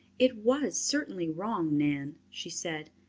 it was certainly wrong, nan, she said.